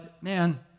man